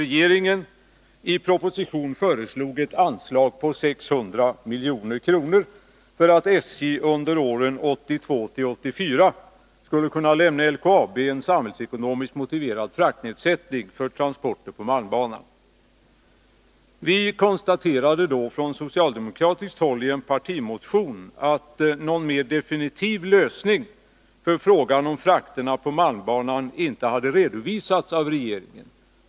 Regeringen föreslog i proposition 32 ett anslag på 600 milj.kr. för att SJ under åren 1982-1984 skulle kunna lämna LKAB en samhällsekonomiskt motiverad fraktnedsättning för transporter på malmbanan. Från socialdemokratiskt håll konstaterade vi då i en partimotion att någon mer definitiv lösning av frågan om frakterna på malmbanan inte hade redovisats av regeringen.